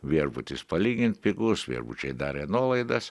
viešbutis palygint pigus viešbučiai darė nuolaidas